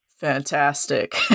Fantastic